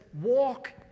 walk